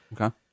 Okay